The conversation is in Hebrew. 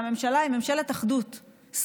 והממשלה היא ממשלת אחדות,